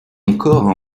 encore